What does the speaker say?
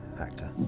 Actor